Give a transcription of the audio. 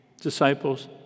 disciples